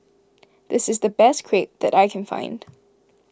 this is the best Crepe that I can find